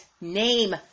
name